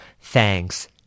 Thanks